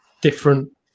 different